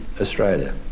Australia